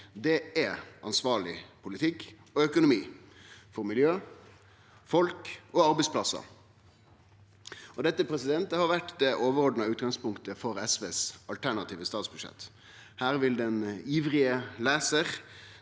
Det er ansvarleg politikk og økonomi, for miljø, folk og arbeidsplassar. Dette har vore det overordna utgangspunktet for SV sitt alternative statsbudsjett. Her vil den ivrige lesaren